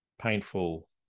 painful